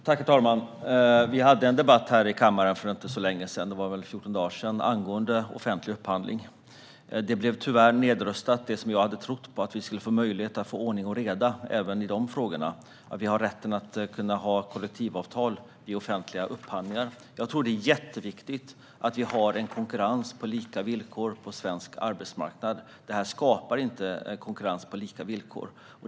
Herr talman! Vi hade en debatt här i kammaren för 14 dagar sedan angående offentlig upphandling. Det som jag hade trott på, att vi skulle få ordning och reda även i de frågorna, blev tyvärr nedröstat. Det gällde rätten att kräva kollektivavtal vid offentliga upphandlingar. Jag tror att det är jätteviktigt att det är konkurrens på lika villkor på svensk arbetsmarknad. Det här skapar inte en konkurrens på lika villkor.